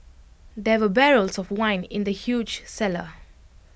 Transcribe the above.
there were barrels of wine in the huge cellar